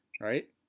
right